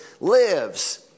lives